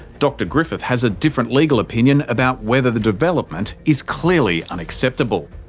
dr griffith has a different legal opinion about whether the development is clearly unacceptable.